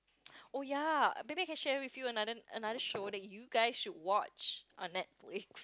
oh ya maybe I can share with you another another show that you guys should watch on Netflix